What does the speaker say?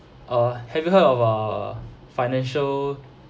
uh have you heard of uh financial